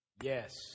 Yes